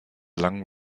langen